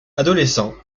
adolescent